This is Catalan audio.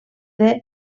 dels